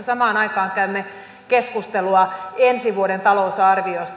samaan aikaan käymme keskustelua ensi vuoden talousarviosta